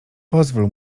pozwól